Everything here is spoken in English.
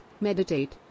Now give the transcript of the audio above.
meditate